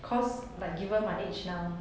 cause like given my age now